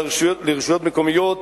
לרשויות מקומיות,